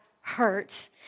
hurt